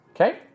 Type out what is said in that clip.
Okay